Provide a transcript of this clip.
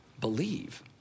believe